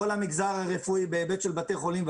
כל המגזר הרפואי בהיבט של בתי חולים.